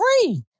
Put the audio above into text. free